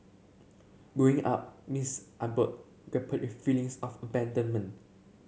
Growing Up Miss Abbott grappled feelings of abandonment